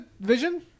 Vision